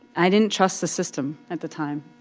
i didn't trust the system at the time.